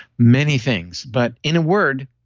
many things. but in a word,